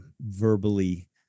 verbally